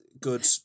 good